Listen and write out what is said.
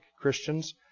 Christians